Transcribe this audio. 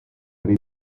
tre